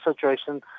situation